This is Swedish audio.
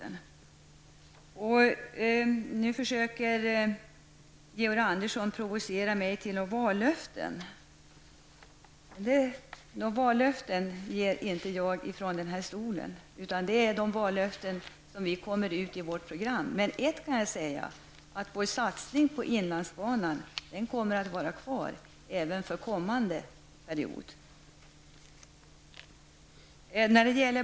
Georg Andersson försöker nu provocera mig till några vallöften. Jag tänker inte ge några vallöften här från talarstolen. Vallöftena kommer med vårt program. Men jag kan säga att vår satsning på inlandsbanan kommer att vara kvar även för kommande period.